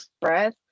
breath